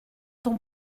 ton